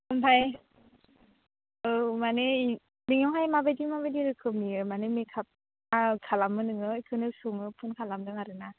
ओमफ्राय औ माने नोंनियावहाय माबायदि माबायदि रोखोमनि माने मेकापआ खालामो नोङो बेखौनो सोंनो फन खालामदों आरो ना